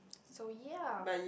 so ya